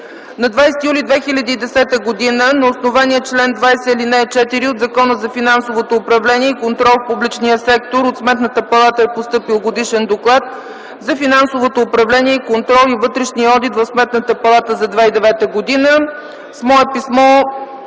На 20 юли 2010 г. на основание чл. 20, ал. 4 от Закона за финансовото управление и контрол в публичния сектор от Сметната палата е постъпил Годишен доклад за финансовото управление, контрол и вътрешния одит в Сметната